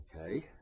okay